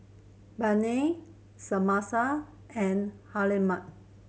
Bynum and Hjalmer